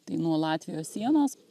tai nuo latvijos sienos